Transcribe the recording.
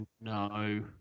no